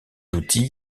outil